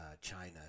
China